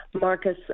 Marcus